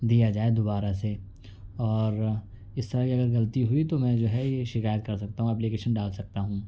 دیا جائے دوبارا سے اور اس طرح کی اگر غلطی ہوئی تو میں جو ہے یہ شکایت کرسکتا ہوں ایپلیکیشن ڈال سکتا ہوں